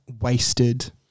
wasted